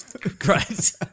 Great